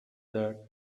that